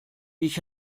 ich